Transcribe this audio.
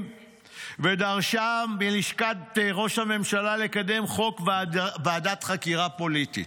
ודרשה מלשכת ראש הממשלה לקדם חוק ועדת חקירה פוליטית.